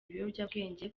ibiyobyabwenge